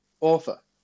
author